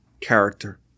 character